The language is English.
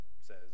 says